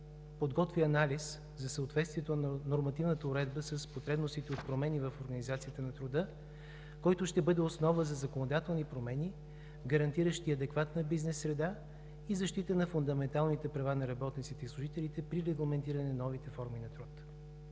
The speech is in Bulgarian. подготвя анализ за съответствието на нормативната уредба с потребностите от промени в организацията на труда, който ще бъде основа за законодателни промени, гарантиращи адекватна бизнес среда и защита на фундаменталните права на работниците и служителите при регламентиране на новите форми на труд.